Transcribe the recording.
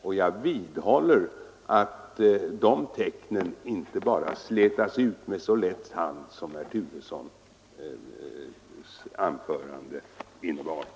Och jag vidhåller att de tecknen inte kan slätas ut med så lätt hand som herr Turesson försökt göra i sitt anförande.